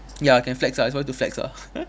ya can flex ah it's for you to flex ah